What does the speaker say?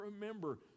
remember